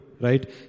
Right